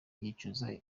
yicuza